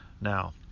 Now